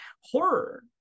Horror